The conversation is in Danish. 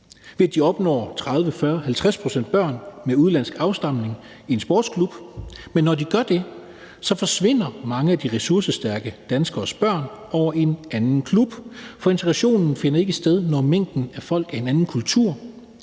30, 40 eller 50 pct. børn med udenlandsk afstamning i en sportsklub. Når de gør det, forsvinder mange af de ressourcestærke danskeres børn over i en anden klub, for integrationen finder ikke sted, når mængden af folk af anden kultur